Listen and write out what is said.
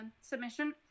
submission